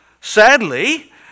Sadly